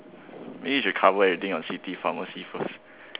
think you should cover everything on city pharmacy first